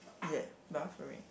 ya buffering